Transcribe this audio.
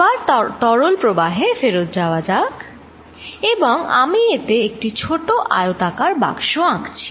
আবার তরল প্রবাহে ফেরত যাওয়া যাক এবং আমি এতে একটি ছোট আয়তকার বাক্স আঁকছি